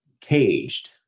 caged